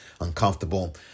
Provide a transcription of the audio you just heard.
uncomfortable